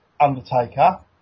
Undertaker